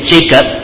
Jacob